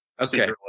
Okay